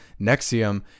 Nexium